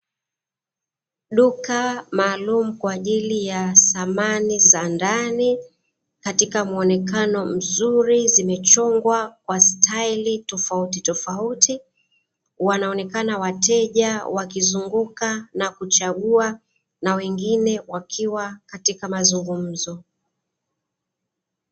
Duka maalumu kwa ajili ya samani za ndani, katika muonekano mzuri, zimechongwa kwa staili tofautitofauti. Wanaonekana wateja wakizunguka na kuchagua na wengine wakiwa katika mazungumzo.